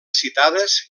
citades